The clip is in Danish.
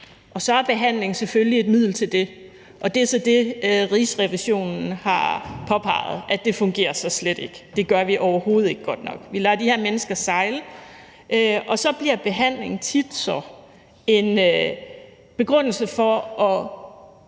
og så er behandling selvfølgelig et middel til det. Og det er så det, Rigsrevisionen har påpeget: Det fungerer slet ikke, vi gør det overhovedet ikke godt nok, vi lader de her mennesker sejle, og så bliver behandling tit en begrundelse for at